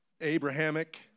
Abrahamic